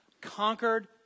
conquered